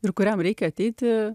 ir kuriam reikia ateiti